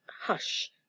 hush